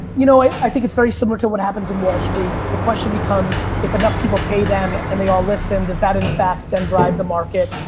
you know what? i think it's very similar to what happens in wall street. the question becomes if enough people pay them and they all listen, does that in fact, then drive the market.